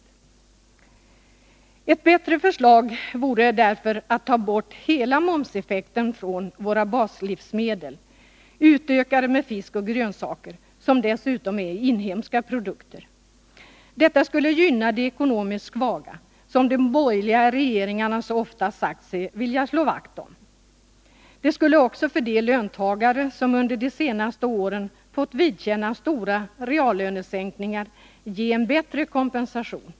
En bättre åtgärd än vad regeringen föreslår vore därför att ta bort hela momseffekten från våra baslivsmedel, utökade med fisk och grönsaker, som dessutom är inhemska produkter. Detta skulle gynna de ekonomiskt svaga, som de borgerliga regeringarna så ofta sagt sig vilja slå vakt om. Det skulle också för de löntagare som under de senaste åren fått vidkännas stora reallönesänkningar ge en bättre kompensation.